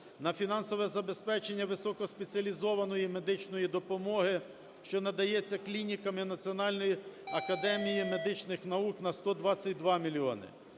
на фінансове забезпечення високоспеціалізованої медичної допомоги, що надається клінікам і Національній академії медичних наук, на 122 мільйони;